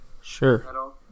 Sure